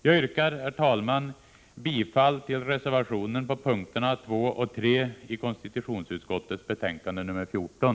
Jag yrkar, herr talman, bifall till reservationen på mom. 2 och 3 i konstitutionsutskottets betänkande 14.